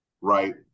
right